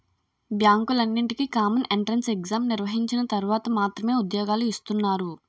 బ్యాంకులన్నింటికీ common entrance exam నిర్వహించిన తర్వాత మాత్రమే ఉద్యోగాలు ఇస్తున్నారు